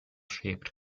shaped